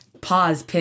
Pause